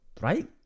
right